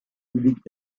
cubiques